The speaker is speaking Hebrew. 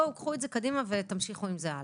תיקחו את זה קדימה ותמשיכו עם זה הלאה.